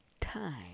time